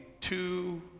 two